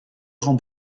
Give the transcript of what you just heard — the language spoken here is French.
rangs